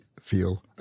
feel